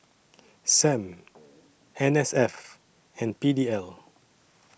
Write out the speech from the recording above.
SAM N S F and P D L